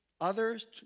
others